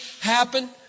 happen